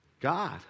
God